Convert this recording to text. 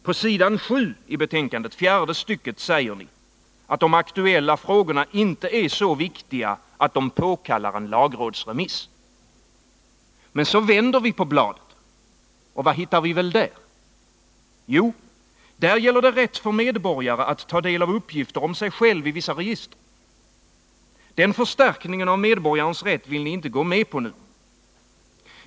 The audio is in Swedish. På — retesslagen s. 7, fjärde stycket, säger ni att de aktuella frågorna inte är så viktiga att de påkallar en lagrådsremiss. Men så vänder vi på bladet och vad hittar vi väl där? Jo, där gäller det rätt för medborgare att ta del av uppgifter om sig själv i vissa register. Den förstärkningen av medborgarens rätt vill ni inte gå med på.